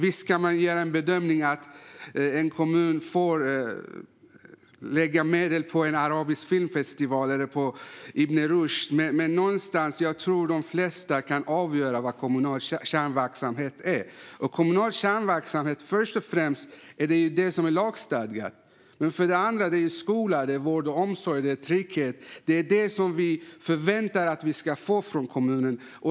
Visst kan man göra bedömningen att en kommun får lägga medel på en arabisk filmfestival eller på Ibn Rushd. Men jag tror att de flesta kan avgöra vad kommunal kärnverksamhet är. Kommunal kärnverksamhet är först och främst det som är lagstadgat. Men det är även skola, vård, omsorg och trygghet. Det är det vi förväntar oss att få från kommunen.